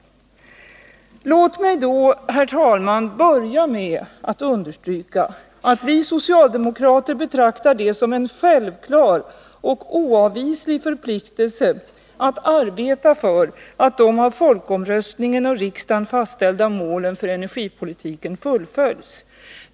Låt mig då, herr talman, börja med att understryka att vi socialdemokrater betraktar det som en självklar och oavvislig förpliktelse att arbeta för att de av folkomröstningen och riksdagen fastställda målen för energipolitiken fullföljs.